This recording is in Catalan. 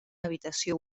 habitació